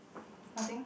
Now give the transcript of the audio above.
what thing